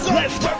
left